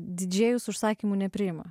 didžėjus užsakymų nepriima